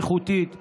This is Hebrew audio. איכותית ומשמעותית,